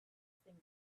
thing